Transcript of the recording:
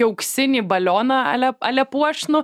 auksinį balioną alia alia puošnų